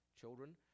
children